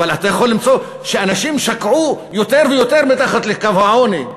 אתה יכול למצוא שאנשים שקעו יותר ויותר מתחת לקו העוני.